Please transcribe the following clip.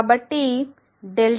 కాబట్టి Δxp∼h